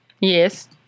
Yes